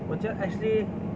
我觉得 actually